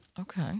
Okay